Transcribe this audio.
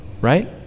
Right